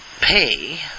pay